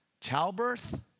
Childbirth